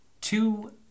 two